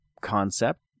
concept